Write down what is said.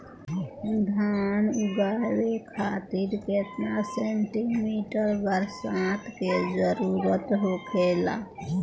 धान उगावे खातिर केतना सेंटीमीटर बरसात के जरूरत होखेला?